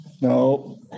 No